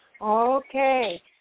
Okay